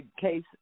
case